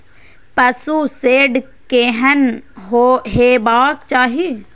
पशु शेड केहन हेबाक चाही?